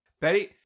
Betty